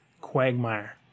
quagmire